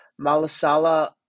Malasala